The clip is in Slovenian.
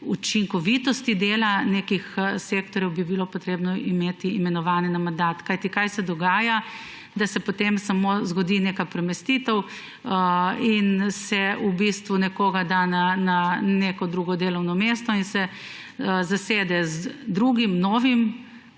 učinkovitosti dela nekih sektorjev bi bilo potrebno imeti imenovanje na mandat. Ker se dogaja, da se potem samo zgodi neka premestitev in se v bistvu nekoga da na neko drugo delovno mesto in se zasede z novim,